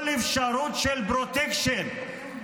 -- כל אפשרות של פרוטקשן,